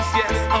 yes